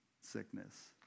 sickness